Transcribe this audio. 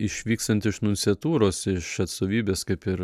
išvykstant iš nunciatūros iš atstovybės kaip ir